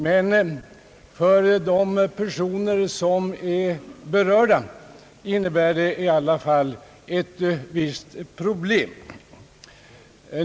Men för de personer som är berörda innebär det i alla fall ett visst problem.